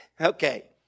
Okay